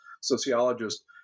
sociologist